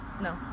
No